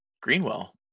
Greenwell